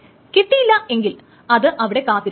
കിട്ടിയില്ല എങ്കിൽ അത് അവിടെ കാത്തിരിക്കും